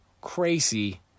Crazy